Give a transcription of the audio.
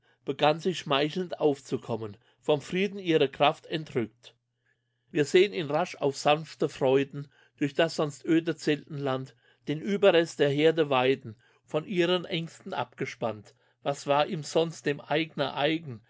begann sie schmeichelnd aufzukommen vom frieden ihre kraft entrückt wir sehn ihn rasch auf sanfte freuden durch das sonst öde zeltenland den überrest der herde weiden von ihren ängsten abgespannt was war vorher dem eigner eigen